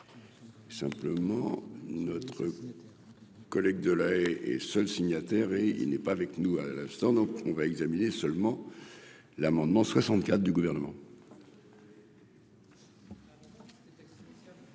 simplement neutre. Bernard. Collecte de lait et seul signataire et il n'est pas avec nous, à l'instant, donc on va examiner seulement l'amendement 64 du gouvernement.